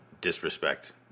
disrespect